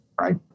right